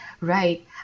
right